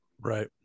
Right